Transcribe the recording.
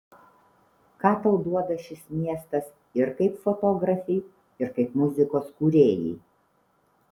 ką tau duoda šis miestas ir kaip fotografei ir kaip muzikos kūrėjai